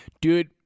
dude